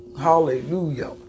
Hallelujah